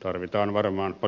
tarvitaan varmaan paljon muutakin